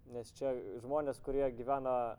nes čia žmonės kurie gyvena